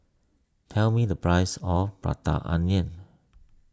tell me the price of Prata Onion